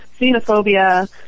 xenophobia